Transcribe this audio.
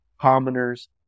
commoners